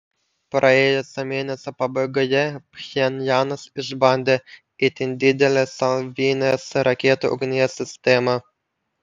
praėjusio mėnesio pabaigoje pchenjanas išbandė itin didelę salvinės raketų ugnies sistemą